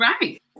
right